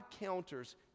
counters